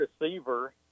receiver